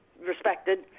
respected